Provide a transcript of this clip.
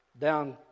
down